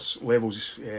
levels